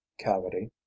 cavity